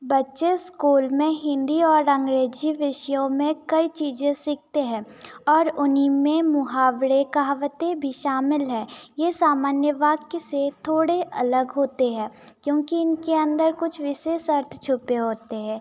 बच्चे स्कूल में हिन्दी और अंग्रेजी विषयों में कई चीज़ें सीखते हैं और उन्हीं में मुहावरे कहावतें भी शामिल है यह सामान्य वाक्य से थोड़े अलग होते हैं क्योंकि इनके अंदर कुछ विशेष अर्थ छुपे होते हैं